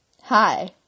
hi